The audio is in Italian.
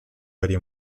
varie